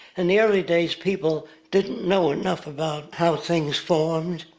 in the early days people didn't know enough about how things formed,